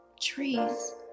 trees